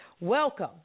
welcome